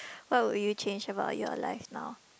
what would you change about your life now